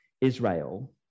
Israel